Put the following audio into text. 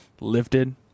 lifted